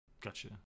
Gotcha